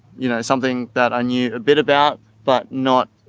you know, something that i knew a bit about but not.